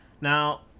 Now